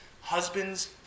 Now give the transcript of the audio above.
Husbands